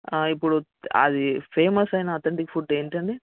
ఇప్పుడు అది ఫేమస్ అయిన అథంటిక్ ఫుడ్ ఏంటండి